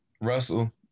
Russell